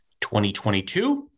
2022